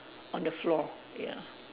on the floor ya